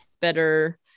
better